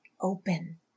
open